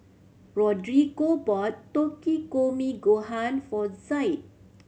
Rodrigo bought Takikomi Gohan for Zaid